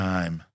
Time